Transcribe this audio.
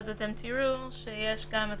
ואז אתם תראו שיש גם את